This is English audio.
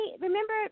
remember